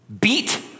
beat